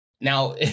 Now